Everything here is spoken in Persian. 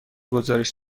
گزارش